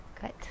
good